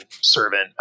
servant